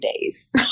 days